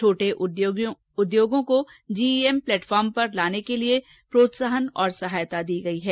छोटे उद्योगों को जीईएम प्लेटफॉर्म पर लाने के लिए प्रोत्साहन और सहायता दी गयी है